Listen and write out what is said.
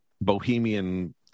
bohemian